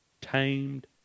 tamed